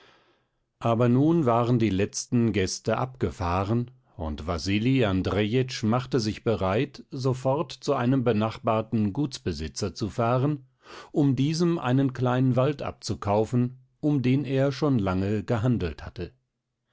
aber nun waren die letzten gäste abgefahren und wasili andrejitsch machte sich bereit sofort zu einem benachbarten gutsbesitzer zu fahren um diesem einen kleinen wald abzukaufen um den er schon lange gehandelt hatte